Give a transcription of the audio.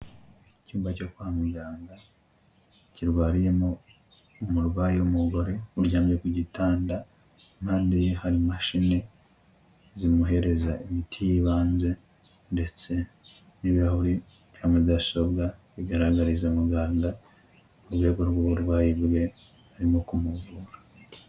Icyumba cyo kwa muganga kirwariyemo umurwayi w'umugore uryamye ku gitanda, impande ye hari imashini zimuhereza imiti y'ibanze ndetse n'ibirahuri bya mudasobwa bigaragariza muganga mu rwego rw'uburwayi bwe arimo kumuvura.